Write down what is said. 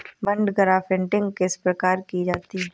बड grafting किस प्रकार की जाती है?